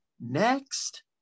next